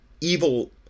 evil